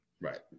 Right